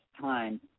time